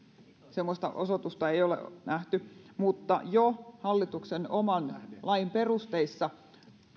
semmoista osoitusta ei ole ole nähty mutta jo hallituksen oman lain perusteissa